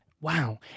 Wow